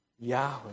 Yahweh